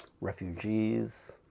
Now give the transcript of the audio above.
refugees